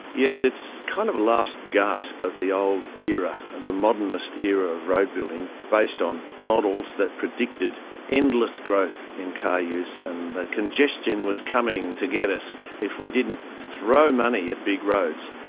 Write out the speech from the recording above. yes, it's kind of a last gasp of the old era, the modernist era of road building based on models that predicted endless growth in car use, and the congestion was coming to get us if we didn't throw money at big roads.